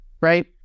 Right